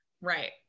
Right